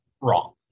wrong